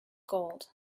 gold